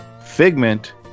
Figment